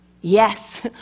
Yes